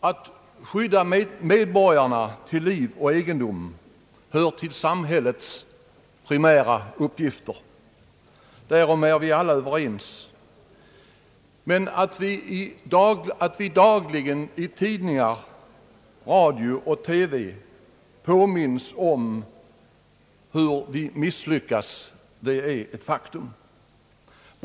Att skydda medborgarna till liv och egendom hör till samhällets primära uppgifter. Om detta är vi alla överens. Men det är ett faktum att vi dagligen i tidningar, radio och TV får påminnelser om hur vi misslyckas med detta.